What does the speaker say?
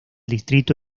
distrito